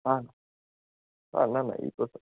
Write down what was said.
હા હા ના ના ઈ તો છે